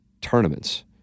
tournaments